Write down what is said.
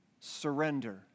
Surrender